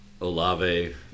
Olave